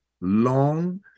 long